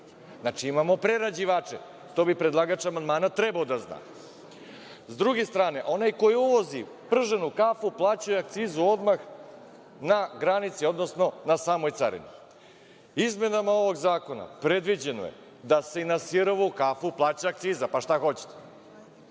Znači, imamo prerađivače. To bi predlagač amandmana trebao da zna. Sa druge strane, onaj koji uvozi prženu kafu plaća akcizu odmah na granici, odnosno na samoj carini. Izmenama ovog zakona predviđeno je da se i na sirovu kafu plaća akciza, pa šta hoćete?